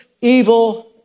evil